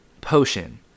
potion